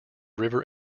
river